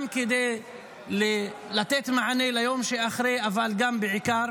גם כדי לתת מענה ליום שאחרי, אבל גם בעיקר